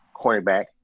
cornerback